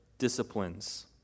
disciplines